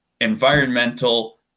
environmental